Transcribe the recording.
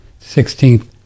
sixteenth